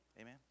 Amen